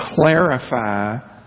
clarify